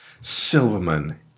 Silverman